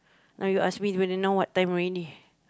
now you ask me when you now what time already